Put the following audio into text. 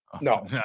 No